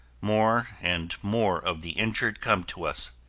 more and more of the injured come to us.